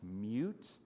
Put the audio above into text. mute